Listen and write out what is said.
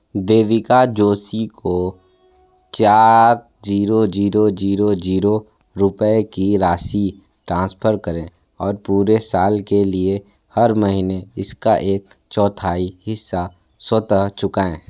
देविका जोशी को चार zero zero zero zero रुपए की राशि ट्रांसफ़र करें और पूरे साल के लिए हर महीने इसका एक चौथाई हिस्सा स्वतः चुकाएं